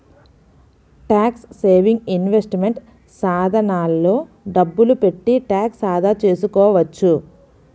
tax saving investment సాధనాల్లో డబ్బులు పెట్టి ట్యాక్స్ ఆదా చేసుకోవచ్చు